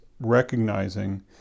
recognizing